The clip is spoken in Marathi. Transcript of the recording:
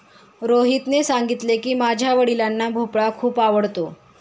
रोहितने सांगितले की, माझ्या वडिलांना भोपळा खूप आवडतो